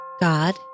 God